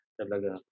talaga